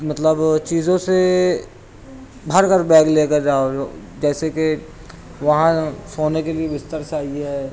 مطلب چیزوں سے بھر کر بیگ لے کر جاؤ جیسے کہ وہاں سونے کے لیے بستر چاہیے ہے